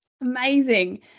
Amazing